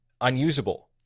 unusable